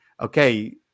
okay